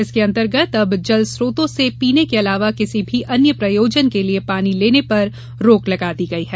इसके अंतर्गत अब जल स्त्रोतों से पीने के अलावा किसी भी अन्य प्रयोजन के लिए पानी लेने पर रोक लगा दी गई है